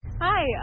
Hi